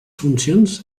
funcions